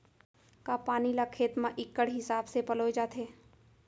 का पानी ला खेत म इक्कड़ हिसाब से पलोय जाथे?